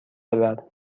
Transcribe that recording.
ببر